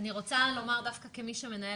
אני רוצה לומר דווקא כמי שמנהלת,